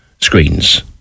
screens